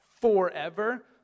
forever